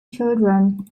children